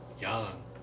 young